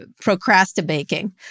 procrastinating